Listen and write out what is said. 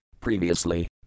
previously